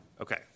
Okay